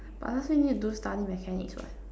but last week need to do study mechanics what